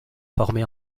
formé